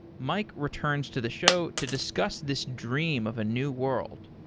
mike returns to the show to discuss this dream of a new world.